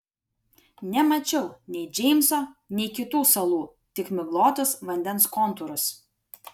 nemačiau nei džeimso nei kitų salų tik miglotus vandens kontūrus